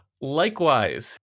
Likewise